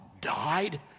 died